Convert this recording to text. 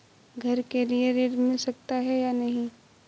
घर के लिए ऋण मिल सकता है या नहीं?